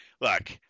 Look